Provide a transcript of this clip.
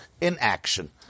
inaction